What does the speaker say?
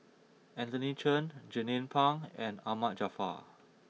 Anthony Chen Jernnine Pang and Ahmad Jaafar